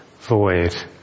void